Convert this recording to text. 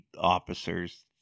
officers